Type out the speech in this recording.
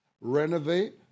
Renovate